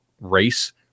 race